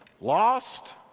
Lost